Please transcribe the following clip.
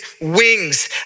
wings